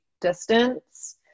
distance